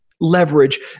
Leverage